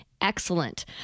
excellent